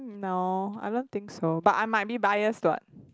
no I don't think so but I might be biased [what]